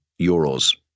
euros